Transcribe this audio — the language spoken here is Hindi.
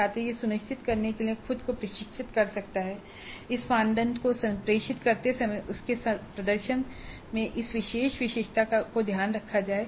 छात्र यह सुनिश्चित करने के लिए खुद को प्रशिक्षित कर सकता है कि इस मानदंड को संप्रेषित करते समय उसके प्रदर्शन में इस विशेष विशेषता को ध्यान में रखा जाए